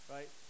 Right